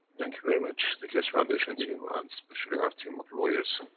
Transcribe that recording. thank you very much, the keshe foundation team and especially our team of lawyers,